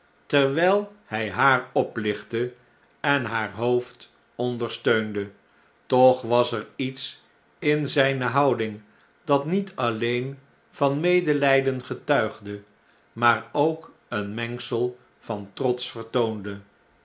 terwijl hij haar oplichtte en haar hoofd ondersteunde toch was er iets in zijne houding dat niet alleen van medelijden getuigde maar ook een mengsel van trots vertoonde